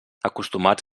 acostumats